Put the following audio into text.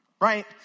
right